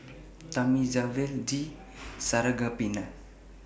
Thamizhavel G Sarangapani